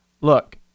Look